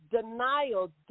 denial